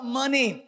money